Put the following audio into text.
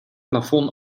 plafond